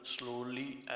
slowly